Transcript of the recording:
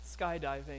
skydiving